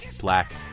Black